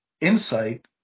insight